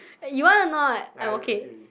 eh you want a not I'm okay